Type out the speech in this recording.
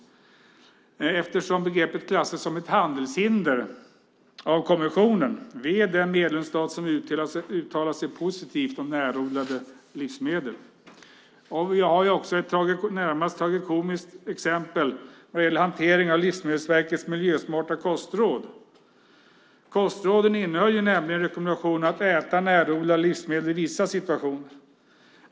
Men eftersom begreppet klassas som ett handelshinder av kommissionen, ve den medlemsstat som uttalar sig positivt om närodlade livsmedel. Vi har också ett närmast tragikomiskt exempel vad gäller hanteringen av Livsmedelsverkets miljösmarta kostråd. Kostråden innehöll nämligen rekommendationer att äta närodlade livsmedel i vissa situationer.